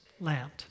land